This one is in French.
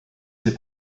ses